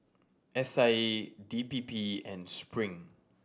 S I A D P P and Spring